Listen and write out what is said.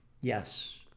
Yes